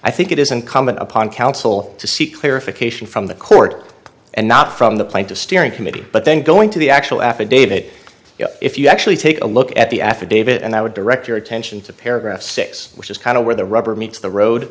i think it is incumbent upon counsel to seek clarification from the court and not from the plaintiff steering committee but then going to the actual affidavit if you actually take a look at the affidavit and i would direct your attention to paragraph six which is kind of where the rubber meets the road